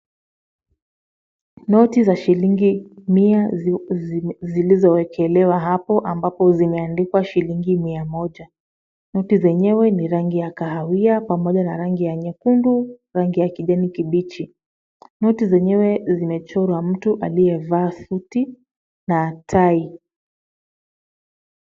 Noti za shilingi mia zilizowekelewa hapo ambapo zimeandikwa shilingi mia moja. Noti zenyewe ni rangi ya kahawia pamoja na rangi ya nyekundu, rangi ya kijani kibichi. Noti zenyewe zimechorwa mtu aliyevaa suti na tai.